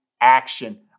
action